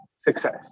success